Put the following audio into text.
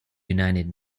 united